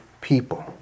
people